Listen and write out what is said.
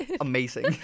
Amazing